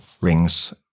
rings